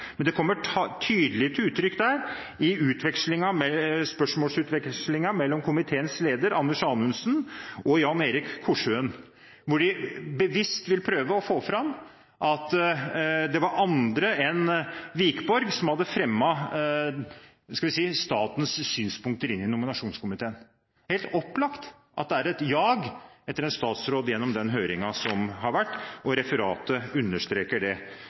de bevisst vil prøve å få fram at det var andre enn Wikborg som hadde fremmet – skal vi si – statens synspunkter i nominasjonskomiteen. Det er helt opplagt at det var et jag etter en statsråd i den høringen som var, og etter min mening understreker referatet det